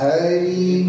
Hari